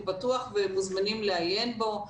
הוא פתוח ואתם מוזמנים לעיין בו.